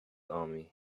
army